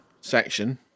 section